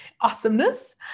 awesomeness